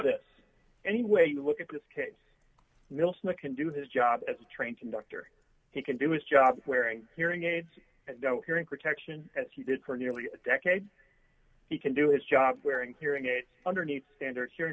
this any way you look at this kate middleton the can do his job as a train conductor he can do his job wearing hearing aids and hearing protection as he did for nearly a decade he can do its job wearing hearing aids underneath standard hearing